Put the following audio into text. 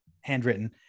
handwritten